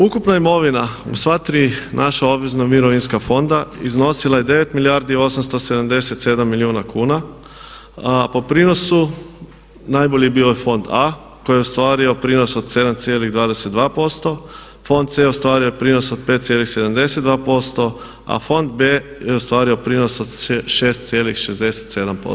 Ukupna imovina u sva ti naša obvezna mirovinska fonda iznosila je 9 milijardi 878 milijuna kuna a po prinosu najbolji bio je fond A koji je ostvario prinos od 7,22%, fond C ostvario je prinos od 5,72% a fond B je ostvario prinos od 6,67%